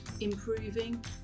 improving